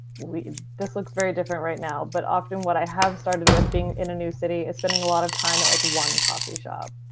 this looks very different right now, but often what i have started with being in a new city is spending a lot of time at like one coffee shop.